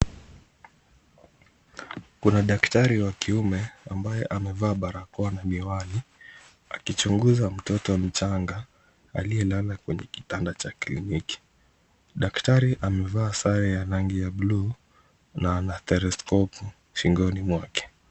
kuna daktari wa kiume ambaye amevaa barakoa na miwani, akichunguza mtoto mchanga aliyelala kwa kitanda cha kiliniki. Daktari amevaa sare ya rangi ya buluu na ana telescope shingoni mwake.